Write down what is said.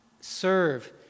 serve